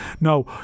No